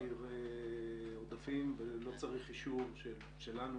להעביר עודפים ולא צריך אישור שלנו,